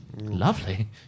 Lovely